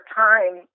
time